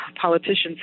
politician's